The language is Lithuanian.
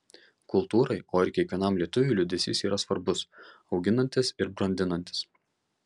kultūrai o ir kiekvienam lietuviui liūdesys yra svarbus auginantis ir brandinantis